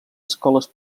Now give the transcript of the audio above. escoles